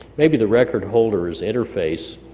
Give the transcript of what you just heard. maybe the record holder is interface,